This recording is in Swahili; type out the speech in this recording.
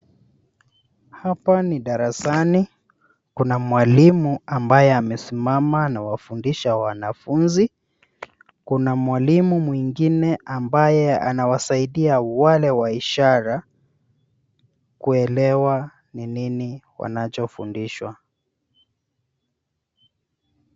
Hapa ni darasani .Kuna mwalimu ambaye amesimama anawafundisha wanafunzi, kuna mwalimu mwingine ambaye anawasaidia wale wa ishara kuelewa ni nini wanachofundishwa.